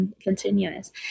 continuous